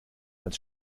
als